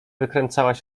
wykręcałaś